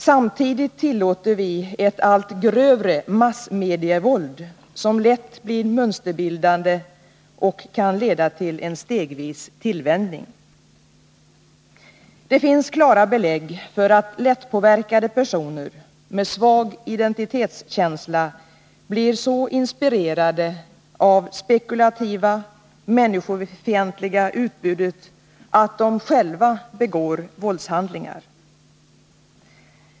Samtidigt tillåter vi ett allt grövre massmedievåld, som lätt blir mönsterbildande och kan leda till en stegvis tillvänjning. Det finns klara belägg för att lättpåverkade personer med svag identitetskänsla blir så inspirerade av det spekulativa, människofientliga utbudet att de själva begår våldshandlingar.